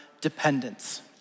dependence